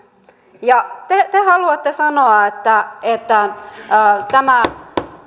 ja te haluatte sanoa että tämä